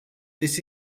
this